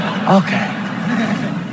Okay